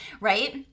right